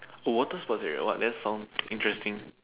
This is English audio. the water for the what that sounds interesting